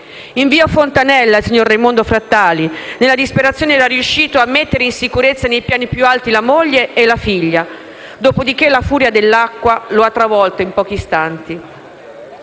della Fontanella il signor Raimondo Frattali, nella disperazione, era riuscito a mettere in sicurezza nei piani più alti la moglie e la figlia; dopodiché la furia dell'acqua lo ha travolto in pochi istanti.